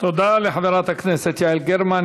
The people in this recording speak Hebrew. תודה לחברת הכנסת יעל גרמן.